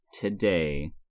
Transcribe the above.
today